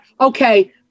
okay